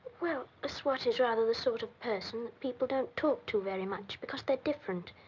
well, a swot is rather the sort of person. people don't talk to very much because they're different.